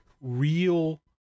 real